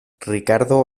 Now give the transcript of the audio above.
ricardo